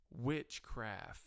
witchcraft